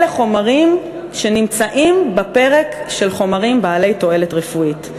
אלה חומרים שנמצאים בפרק של חומרים בעלי תועלת רפואית.